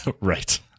Right